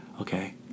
okay